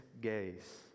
gaze